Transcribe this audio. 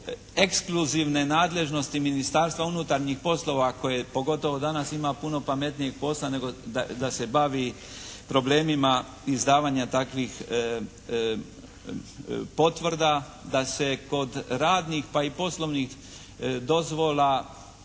ekskluzivne nadležnosti Ministarstva unutarnjih poslova koje pogotovo danas ima puno pametnijeg posla nego da se bavi problemima izdavanja takvih potvrda, da se kod radnih pa i poslovnih dozvola